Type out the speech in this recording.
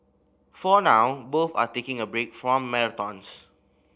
for now both are taking a break from marathons